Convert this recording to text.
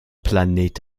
planet